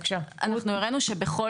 אנחנו הראינו שבכל